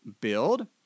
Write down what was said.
build